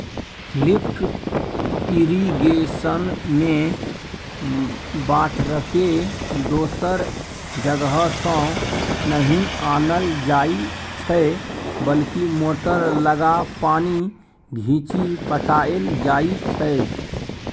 lift इरिगेशनमे बाटरकेँ दोसर जगहसँ नहि आनल जाइ छै बल्कि मोटर लगा पानि घीचि पटाएल जाइ छै